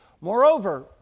Moreover